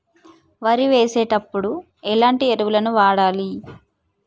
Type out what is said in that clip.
వరి వేసినప్పుడు ఎలాంటి ఎరువులను వాడాలి?